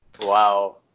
Wow